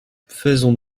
faisons